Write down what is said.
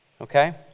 Okay